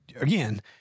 again